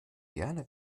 gerne